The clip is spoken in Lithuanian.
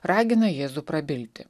ragina jėzų prabilti